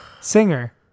Singer